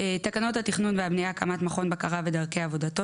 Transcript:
תקנות התכנון והבנייה (הקמת מכון בקרה ודרכי עבודתו),